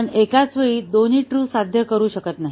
आपण एकाच वेळी दोन्ही ट्रू साध्य करू शकत नाही